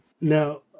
Now